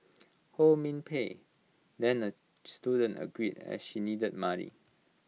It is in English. ho min Pei then A student agreed as she needed money